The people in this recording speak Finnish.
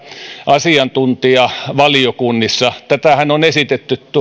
asiantuntijavaliokunnissa tätähän on esitetty